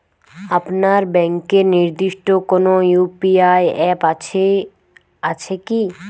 আপনার ব্যাংকের নির্দিষ্ট কোনো ইউ.পি.আই অ্যাপ আছে আছে কি?